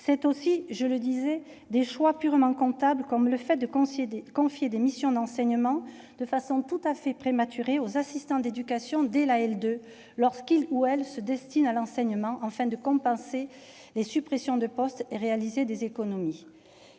C'est aussi, comme je le soulignais, des choix purement comptables. Je pense, par exemple, au fait de confier des missions d'enseignement, de façon tout à fait prématurée, aux assistants d'éducation, dès la L2, lorsqu'ils, ou elles, se destinent à l'enseignement, afin de compenser les suppressions de postes et de réaliser des économies.